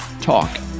talk